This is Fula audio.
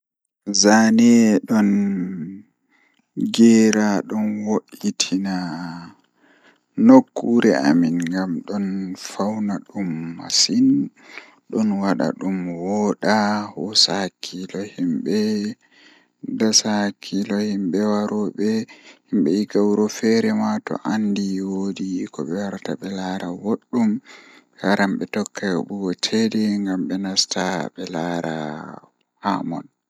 Zaane don geera don woittina nokkure amin ngam don woitina dum masin, Don wada dum hoosa hakkilo mabbe dasa hakkilo himbe waroobe himbe egaa feere ma to andi woodi kobe warata be laara boddum be waran be tokkan yobugo ceede ngam be nasta be laara haamon.